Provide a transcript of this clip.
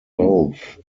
both